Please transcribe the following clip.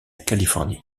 californie